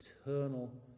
eternal